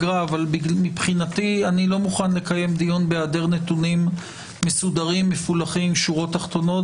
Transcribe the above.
לא מוכן לקיים דיון בהיעדר נתונים מסודרים ומפולחים ועם שורות תחתונות,